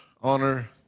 honor